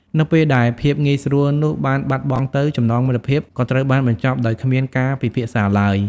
នៅពេលដែលភាពងាយស្រួលនោះបានបាត់បង់ទៅ ចំណងមិត្តភាពក៏ត្រូវបានបញ្ចប់ដោយគ្មានការពិភាក្សាឡើយ។